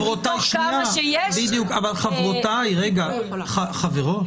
מתוך כמה שיש --- חברותיי, שנייה.